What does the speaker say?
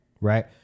Right